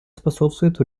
способствует